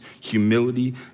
humility